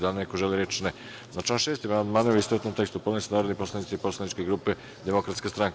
Da li neko želi reč? (Ne) Na član 6. amandmane, u istovetnom tekstu, podneli su narodni poslanici poslaničke grupe Demokratska stranka.